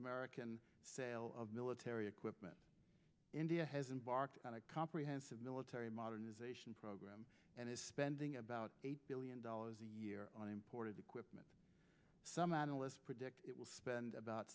american sale of military equipment india has embarked on a comprehensive military modernization program and is spending about eight billion dollars a year on imported equipment some analysts predict it will spend about